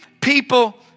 people